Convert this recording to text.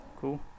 Cool